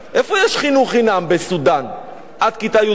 איפה יש חינוך חינם בסודן עד כיתה י"ב?